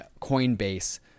Coinbase